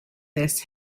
this